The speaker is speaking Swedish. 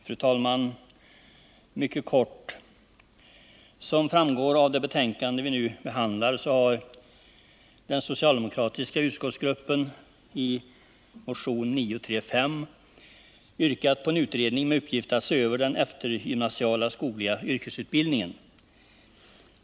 Fru talman! Jag skall fatta mig mycket kort. Såsom framgår av det betänkande som vi nu behandlar har den socialdemokratiska utskottsgruppen i motion 935 yrkat på en utredning med uppgift att se över den eftergymnasiala skogliga yrkesutbildningen.